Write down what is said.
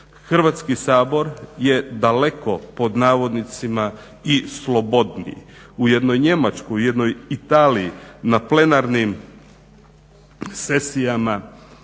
Hrvatski sabor je daleko pod navodnicima i slobodniji. U jednoj Njemačkoj, u jednoj Italiji na plenarnim sesijama,